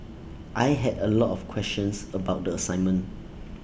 I had A lot of questions about the assignment